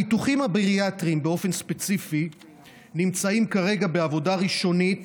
הניתוחים הבריאטריים באופן ספציפי נמצאים כרגע בעבודה ראשונית